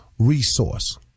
Resource